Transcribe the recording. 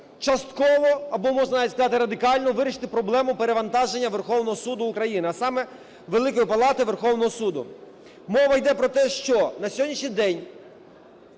частково або, можна навіть сказати, радикально вирішити проблему перевантаження Верховного Суду України, а саме Великої Палати Верховного Суду. Мова йде про те, що на сьогоднішній день,